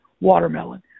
watermelon